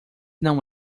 não